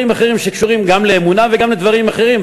אחרים שקשורים גם לאמונה וגם לדברים אחרים,